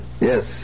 Yes